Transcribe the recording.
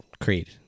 Creed